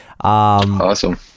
Awesome